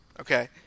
Okay